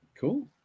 Cool